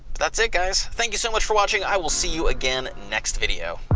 that's it guys, thank you so much for watching, i will see you again next video.